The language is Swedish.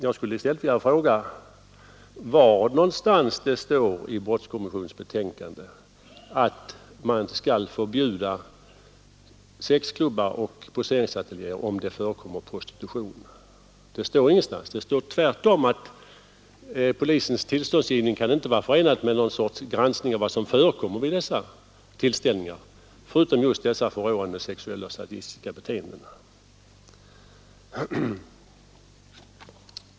Jag skulle i stället vilja fråga var någonstans i brottskommissionens betänkande som det står att man skall förbjuda sexklubbar och poseringsateljéer, om det förekommer prostitution där. Det står ingenstans. Tvärtom står det att polisens tillståndsgivning inte kan vara förenad med någon sorts granskning av vad som förekommer vid de här tillställningarna förutom just dessa förråande sexuella och sadistiska beteenden.